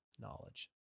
Knowledge